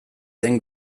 den